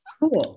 Cool